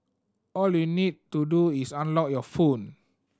all you need to do is unlock your phone